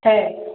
thanks